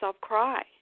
cry